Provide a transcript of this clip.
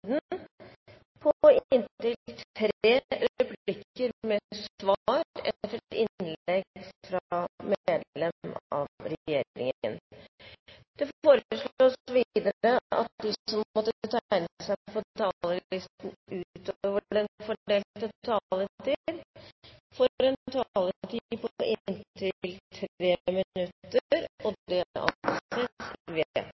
på inntil seks replikker med svar etter innlegg fra medlem av regjeringen innenfor den fordelte taletid. Videre blir det foreslått at de som måtte tegne seg på talerlisten utover den fordelte taletid, får en taletid på inntil 3 minutter.